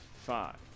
Five